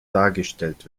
dargestellt